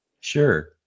Sure